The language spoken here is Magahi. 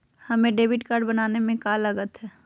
हमें डेबिट कार्ड बनाने में का लागत?